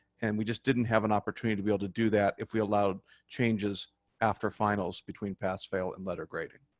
and we just didn't have an opportunity to be able to do that if we allowed changes after finals between pass fail and letter grading.